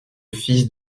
fils